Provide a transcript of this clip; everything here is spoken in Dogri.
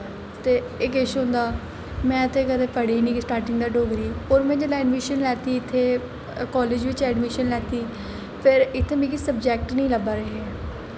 ते एह् किश होंदा में ते कदैं पढ़ी निं स्टार्टिंग दा डोगरी ते में जिसलै अड़मिशन लैत्ती इत्थै कालेज बिच्च अड़मिशन लैत्ती फिर इत्थै मिगी सबजैक्ट नेईं लब्भा दे हे